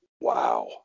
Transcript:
Wow